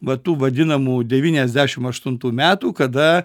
va tų vadinamų devyniasdešim aštuntų metų kada